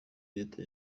leta